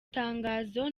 tangazo